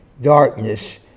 darkness